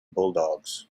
bulldogs